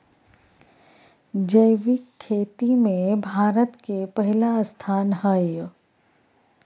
जैविक खेती में भारत के पहिला स्थान हय